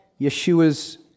Yeshua's